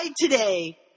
today